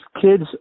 kids